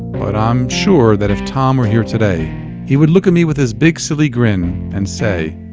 but i'm sure that if tom were here today he would look at me with his big silly grin and say,